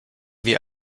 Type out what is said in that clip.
wir